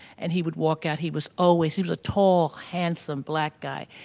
and he would walk out. he was always, he was a tall, handsome black guy,